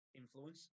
influence